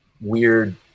weird